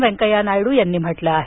वेंकय्या नायडू यांनी म्हटलं आहे